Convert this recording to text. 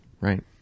Right